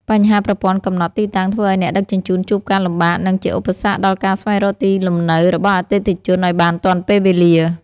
បញ្ហាប្រព័ន្ធកំណត់ទីតាំងធ្វើឱ្យអ្នកដឹកជញ្ជូនជួបការលំបាក និង ជាឧបសគ្គដល់ការស្វែងរកទីលំនៅរបស់អតិថិជនឱ្យបានទាន់ពេលវេលា។